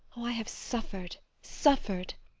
oh! i have suffered, suffered!